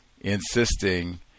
insisting